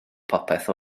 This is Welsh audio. popeth